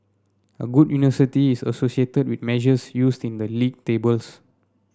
a good university is associated with measures used in the league tables